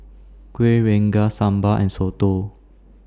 Kuih Rengas Sambal and Soto